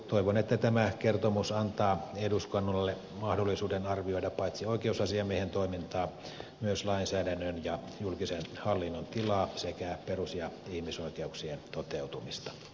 toivon että tämä kertomus antaa eduskunnalle mahdollisuuden arvioida paitsi oikeusasiamiehen toimintaa myös lainsäädännön ja julkisen hallinnon tilaa sekä perus ja ihmisoikeuksien toteutumista